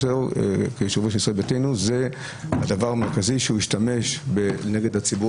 השתמש בזה כדבר המרכזי נגד הציבור